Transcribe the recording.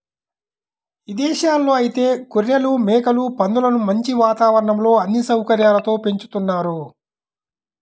ఇదేశాల్లో ఐతే గొర్రెలు, మేకలు, పందులను మంచి వాతావరణంలో అన్ని సౌకర్యాలతో పెంచుతున్నారు